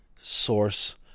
source